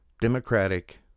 Democratic